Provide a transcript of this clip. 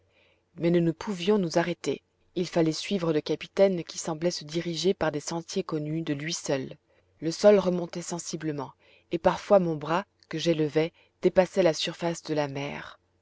mais nous ne pouvions nous arrêter il fallait suivre le capitaine qui semblait se diriger par des sentiers connus de lui seul le sol remontait sensiblement et parfois mon bras que j'élevais dépassait la surface de la mer